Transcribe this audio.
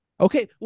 Okay